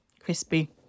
Crispy